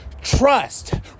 trust